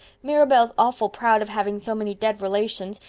mirabel's awful proud of having so many dead relations,